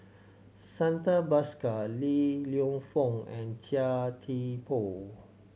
Santha Bhaskar Li Lienfung and Chia Thye Poh